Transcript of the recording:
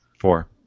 Four